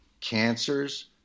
cancers